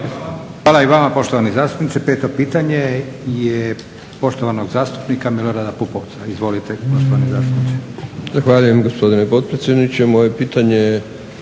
Hvala i vama poštovani zastupniče. Sljedeće pitanje je poštovanog zastupnika Milorada Pupovca. Izvolite poštovani zastupniče. **Pupovac, Milorad (SDSS)** Zahvaljujem gospodine potpredsjedniče. Moje pitanje